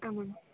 ಹಂ ma'am